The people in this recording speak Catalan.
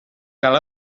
cal